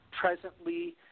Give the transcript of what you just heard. presently